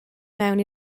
mewn